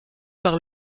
par